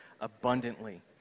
abundantly